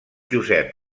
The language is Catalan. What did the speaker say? josep